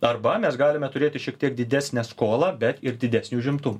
arba mes galime turėti šiek tiek didesnę skolą bet ir didesnį užimtumą